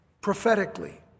prophetically